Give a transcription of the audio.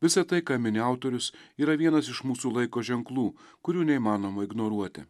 visa tai ką mini autorius yra vienas iš mūsų laiko ženklų kurių neįmanoma ignoruoti